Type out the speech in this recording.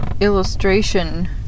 illustration